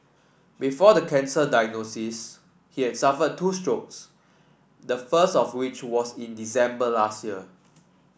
before the cancer diagnosis he had suffered two strokes the first of which was in December last year